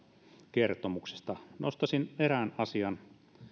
kertomuksesta nostaisin esille erään asian